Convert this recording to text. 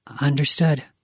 Understood